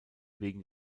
wegen